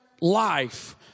life